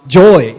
joy